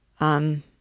Um